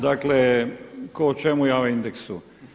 Dakle, tko o čemu, ja o indeksu.